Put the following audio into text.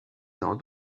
dans